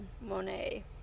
Monet